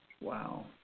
Wow